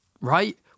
right